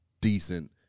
decent